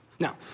Now